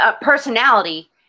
personality